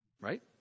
right